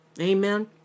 Amen